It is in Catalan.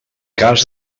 cas